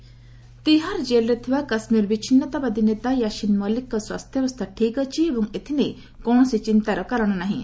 ୟାସିନ ମଲିକ ତିହାର ଜେଲ୍ରେ ଥିବା କାଶ୍ମୀର ବିଚ୍ଛିନ୍ନତାବାଦୀ ନେତା ୟାସିନ ମଲିକଙ୍କ ସ୍ୱାସ୍ଥ୍ୟାବସ୍ଥା ଠିକ୍ ଅଛି ଏବଂ ଏଥିନେଇ କୌଣସି ଚିନ୍ତାର କାରଣ ନାହିଁ